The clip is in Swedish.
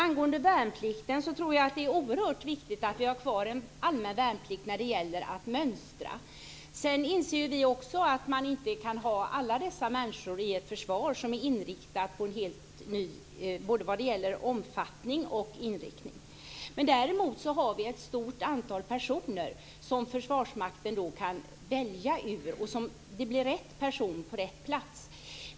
Herr talman! Jag tror att det är oerhört viktigt att vi har kvar en allmän värnplikt när det gäller att mönstra. Vi inser också att man inte kan ha alla dessa människor i ett försvar som har en helt ny omfattning och inriktning. Däremot finns det då ett stort antal personer som Försvarsmakten kan välja bland, så att det blir rätt person på rätt plats.